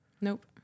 Nope